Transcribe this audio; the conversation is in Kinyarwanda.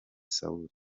sawuli